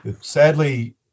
Sadly